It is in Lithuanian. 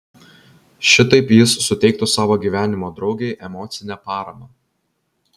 šitaip jis suteiktų savo gyvenimo draugei emocinę paramą